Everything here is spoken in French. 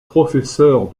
professeurs